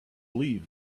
leave